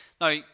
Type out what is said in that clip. Now